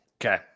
Okay